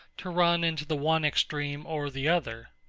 to run into the one extreme or the other.